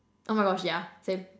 oh my gosh yeah same